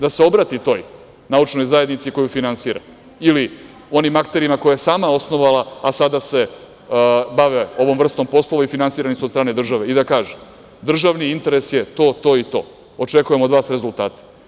Da se obrati toj naučnoj zajednici koju finansira ili onim akterima koje je sama osnovala, a sada se bave ovom vrstom poslova i finansirani su od strane države i da kaže – državni interes je to i to, očekujem od vas rezultate.